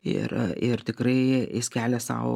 ir ir tikrai jis kelia sau